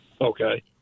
Okay